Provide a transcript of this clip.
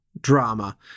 drama